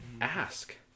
ask